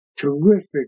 terrific